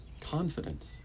confidence